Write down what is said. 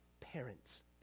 parents